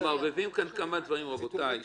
אנחנו מערבבים כאן כמה דברים, רבותיי.